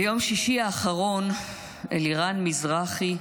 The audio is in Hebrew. ביום שישי האחרון אלירן מזרחי,